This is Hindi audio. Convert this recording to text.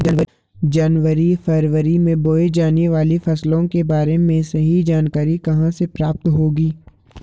जनवरी फरवरी में बोई जाने वाली फसलों के बारे में सही जानकारी कहाँ से प्राप्त होगी?